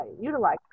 utilize